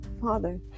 Father